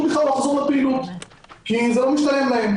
בכלל לא לחזור לפעילות כי זה לא משתלם להם.